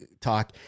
talk